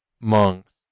monks